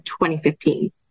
2015